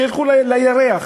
שילכו לירח.